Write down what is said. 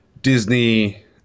Disney